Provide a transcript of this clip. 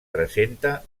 presenta